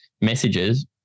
messages